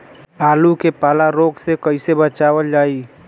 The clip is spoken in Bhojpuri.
आलू के पाला रोग से कईसे बचावल जाई?